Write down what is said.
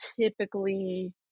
typically